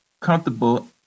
comfortable